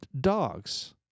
dogs